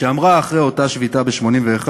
שאמרה אחרי אותה שביתה ב-1981,